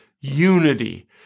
unity